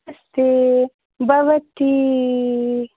नमस्ते भवती